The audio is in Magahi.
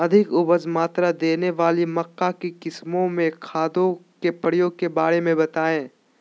अधिक उपज मात्रा देने वाली मक्का की किस्मों में खादों के प्रयोग के बारे में बताएं?